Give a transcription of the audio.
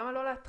למה לא להתחיל?